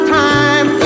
time